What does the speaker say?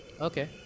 Okay